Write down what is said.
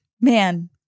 man